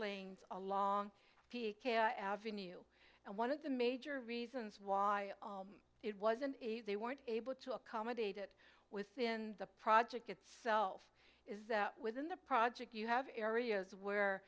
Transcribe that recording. lanes along p k i avenue and one of the major reasons why it wasn't they weren't able to accommodate it within the project gets self is that within the project you have areas where